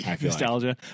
nostalgia